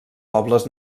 pobles